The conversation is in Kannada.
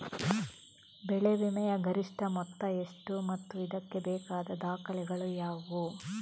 ಬೆಳೆ ವಿಮೆಯ ಗರಿಷ್ಠ ಮೊತ್ತ ಎಷ್ಟು ಮತ್ತು ಇದಕ್ಕೆ ಬೇಕಾದ ದಾಖಲೆಗಳು ಯಾವುವು?